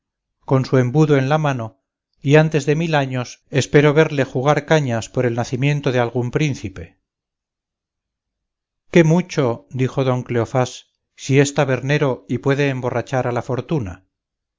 con su embudo en la mano y antes de mil años espero verle jugar cañas por el nacimiento de algún príncipe qué mucho dijo don cleofás si es tabernero y puede emborrachar a la fortuna